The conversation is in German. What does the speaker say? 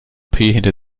hinter